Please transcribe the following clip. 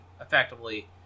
effectively